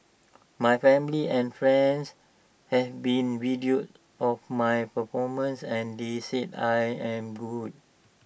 my family and friends have seen videos of my performances and they said I am good